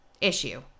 issue